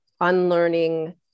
unlearning